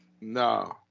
No